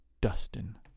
Dustin